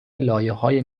لایههای